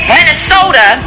Minnesota